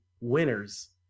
winners